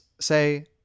say